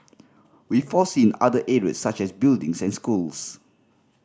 we foresee in other areas such as buildings and schools